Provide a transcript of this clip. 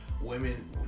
women